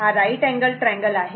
हा right angle triangle आहे